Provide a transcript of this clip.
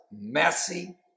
messy